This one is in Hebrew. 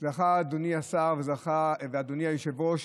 החוק הזה, אדוני השר ואדוני היושב-ראש,